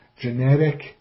genetic